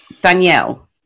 Danielle